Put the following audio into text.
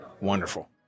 Wonderful